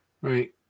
Right